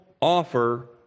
offer